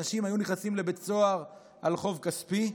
אנשים היו נכנסים לבית סוהר על חוב כספי.